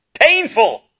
Painful